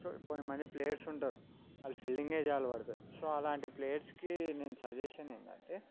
so కొంత మంది players ఉంటారు అది ఫీల్డింగే చాలు పడతది సో అలాంటి ప్లేయర్స్కి నేను సజేషన్ ఏంటంటే